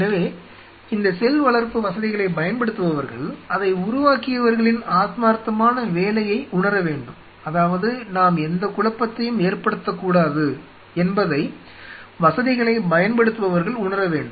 எனவே இந்த செல் வளர்ப்பு வசதிகளைப் பயன்படுத்துபவர்கள் அதை உருவாக்கியவர்களின் ஆத்மார்த்தமான வேலையை உணர வேண்டும் அதாவது நாம் எந்த குழப்பத்தையும் ஏற்படுத்தக்கூடாது என்பதை வசதிகளைப் பயன்படுத்துபவர்கள் உணர வேண்டும்